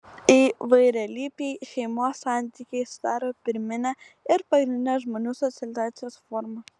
įvairialypiai šeimos santykiai sudaro pirminę ir pagrindinę žmonių socializacijos formą